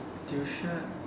tuition